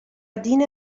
دین